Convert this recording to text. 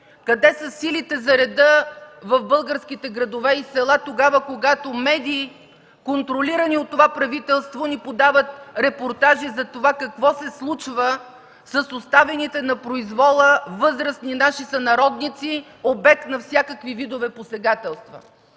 Къде са силите за реда в българските градове и села тогава, когато медии, контролирани от това правителство, ни подават репортажи за това какво се случва с оставените на произвола възрастни наши сънародници – обект на всякакви видове посегателства?